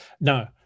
No